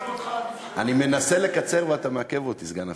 אני מנסה לקצר ואתה מעכב אותי, סגן השר.